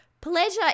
Pleasure